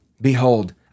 Behold